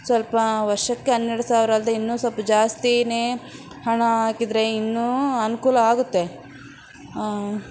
ಸ್ವಲ್ಪ ವರ್ಷಕ್ಕೆ ಹನ್ನೆರಡು ಸಾವಿರ ಅಲ್ಲದೆ ಇನ್ನೂ ಸ್ವಲ್ಪ ಜಾಸ್ತಿಯೇ ಹಣ ಹಾಕಿದರೆ ಇನ್ನೂ ಅನುಕೂಲ ಆಗುತ್ತೆ